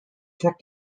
check